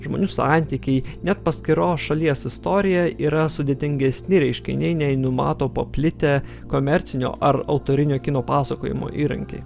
žmonių santykiai net paskiros šalies istorija yra sudėtingesni reiškiniai nei numato paplitę komercinio ar autorinio kino pasakojimo įrankiai